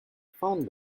phone